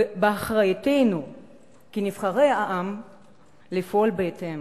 ובאחריותנו כנבחרי העם לפעול בהתאם.